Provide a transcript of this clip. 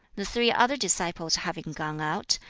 the three other disciples having gone out,